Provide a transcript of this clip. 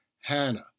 Hannah